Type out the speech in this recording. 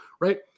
Right